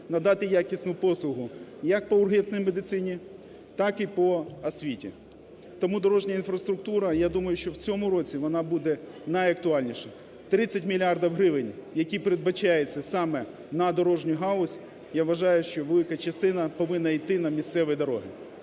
надати якісну послугу як по ургентній медицині, так і по освіті. Тому дорожня інфраструктура, я думаю, що в цьому році вона буде найактуальніша. 30 мільярдів гривень, які передбачаються саме на дорожню галузь, я вважаю, що велика частина повинна йти на місцеві дороги.